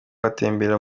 batembera